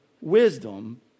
Wisdom